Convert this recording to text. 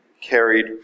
carried